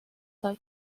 like